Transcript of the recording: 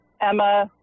Emma